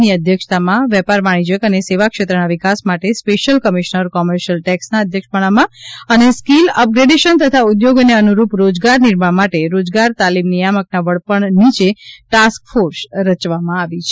ની અધ્યક્ષતામાં વેપાર વાણિજ્યક અને સેવા ક્ષેત્રના વિકાસ માટે સ્પેશ્યલ કમિશનર કોમર્શીયલ ટેક્ષના અધ્યક્ષપજ્ઞામાં અને સ્કીલ અપગ્રેડેશન તથા ઊઘોગોને અનુરૂપ રોજગાર નિર્માણ માટે રોજગાર તાલીમ નિયામકના વડપણ નીચે ટાસ્કફોર્સ રચવામાં આવી છે